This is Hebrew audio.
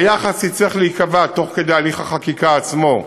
היחס יצטרך להיקבע תוך כדי הליך החקיקה עצמו,